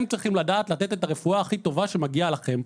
הם צריכים לדעת לתת את הרפואה הכי טובה שמגיעה לכם.